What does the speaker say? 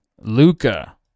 Luca